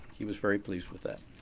he was very pleased with that.